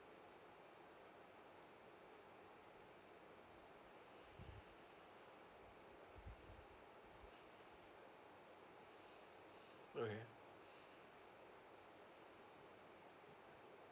okay